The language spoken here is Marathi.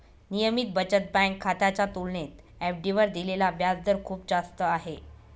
नियमित बचत बँक खात्याच्या तुलनेत एफ.डी वर दिलेला व्याजदर खूप जास्त आहे